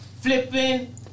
flipping